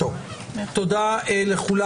תודה לכולם.